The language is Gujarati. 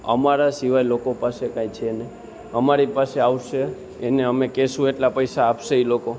અમારા સિવાય લોકો પાસે કાંઈ છે નહીં અમારી પાસે આવશે એને અમે કહીશું એટલા પૈસા આપશે એ લોકો